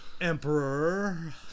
Emperor